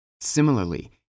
Similarly